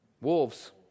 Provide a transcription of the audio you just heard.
Wolves